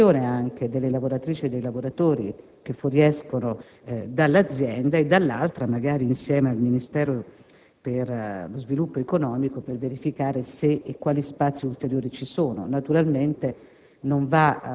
ricollocazione delle lavoratrici e dei lavoratori che fuoriescono dall'azienda e, dall'altro, insieme al Ministero per lo sviluppo economico, per verificare se e quali spazi ulteriori ci sono. Naturalmente